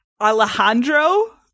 Alejandro